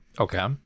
okay